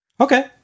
Okay